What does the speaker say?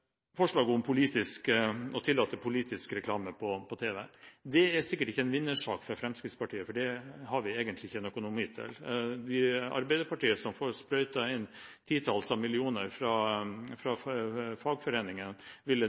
om å tillate politisk reklame på tv. Det er sikkert ikke en vinnersak for Fremskrittspartiet, for det har vi egentlig ikke økonomi til. For Arbeiderpartiet, som får sprøytet inn titalls av millioner fra fagforeningen, ville